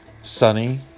sunny